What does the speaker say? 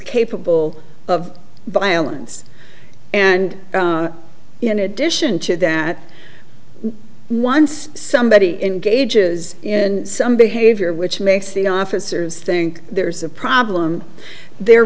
capable of violence and in addition to that once somebody in gauge is in some behavior which makes the officers think there's a problem the